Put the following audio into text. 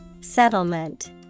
Settlement